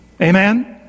Amen